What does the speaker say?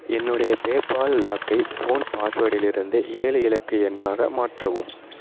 என்னுடைய பேபால் லாக்கை ஃபோன் பாஸ்வேர்டிலிருந்து ஏழு இலக்கு எண்ணாக மாற்றவும்